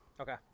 Okay